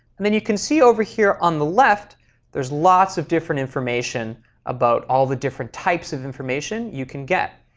and then you can see over here on the left there's lots of different information about all the different types of information you can get.